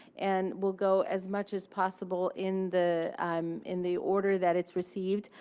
and we'll go, as much as possible, in the um in the order that it's received.